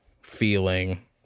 feeling